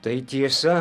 tai tiesa